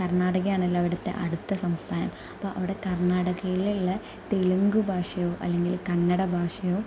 കർണാടക ആണല്ലൊ അവിടുത്തെ അടുത്ത സംസ്ഥാനം അപ്പം അവിടെ കർണാടകയിലുള്ള തെല്ങ്ക് ഭാഷയോ അല്ലെങ്കിൽ കന്നട ഭാഷയോ